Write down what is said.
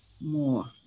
more